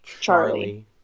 Charlie